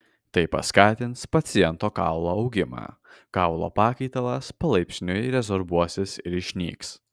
tai paskatins paciento kaulo augimą kaulo pakaitalas palaipsniui rezorbuosis ir išnyks